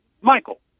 Michael